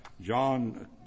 John